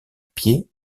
pied